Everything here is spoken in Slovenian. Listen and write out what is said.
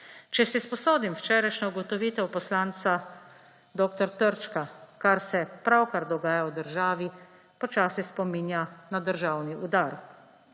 Če si sposodim včerajšnjo ugotovitev poslanca dr. Trčka – kar se pravkar dogaja v državi, počasi spominja na državni udar.